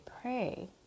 pray